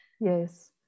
yes